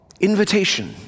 invitation